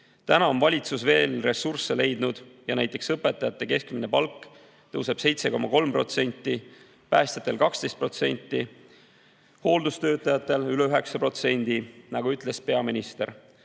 Täna on valitsus veel ressursse leidnud ja näiteks õpetajate keskmine palk tõuseb 7,3%, päästjatel 12%, hooldustöötajatel üle 9%, nagu ütles ka peaminister.